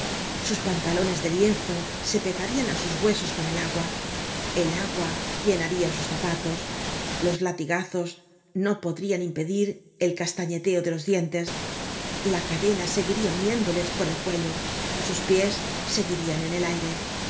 sus pantalones de lienzo se pegarian á sus huesos con el agua el agua llenaria sus zapatos los latigazos no podrian impedir el castañeteo de los dientes la cadena seguiria uniéndoles por el cuello sus pies seguirian en el aire